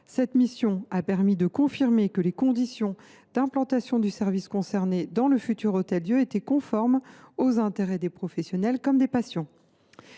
Cette mission a permis de confirmer que les conditions d’implantation du service concerné dans le futur Hôtel Dieu étaient conformes aux intérêts tant des professionnels que des patients.